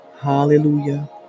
hallelujah